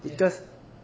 thicker skin